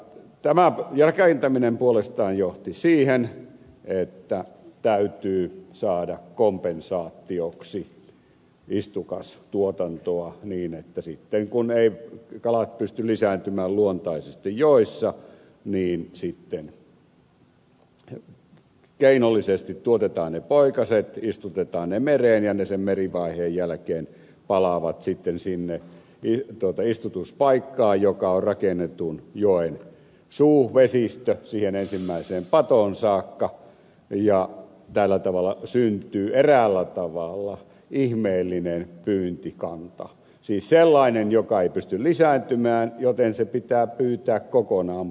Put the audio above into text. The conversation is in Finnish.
tämä rakentaminen puolestaan johti siihen että täytyy saada kompensaatioksi istukastuotantoa niin että sitten kun eivät kalat pysty lisääntymään luontaisesti joissa keinollisesti tuotetaan ne poikaset istutetaan ne mereen ja sen merivaiheen jälkeen ne palaavat sitten sinne istutuspaikkaan joka on rakennetun joen suuvesistö siihen ensimmäiseen patoon saakka ja tällä tavalla syntyy eräällä tavalla ihmeellinen pyyntikanta siis sellainen joka ei pysty lisääntymään joten se pitää pyytää kokonaan pois